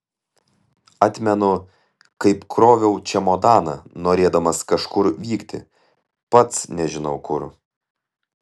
atmenu kaip kroviau čemodaną norėdamas kažkur vykti pats nežinau kur